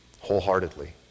wholeheartedly